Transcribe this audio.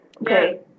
Okay